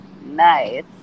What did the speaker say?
Nice